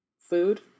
food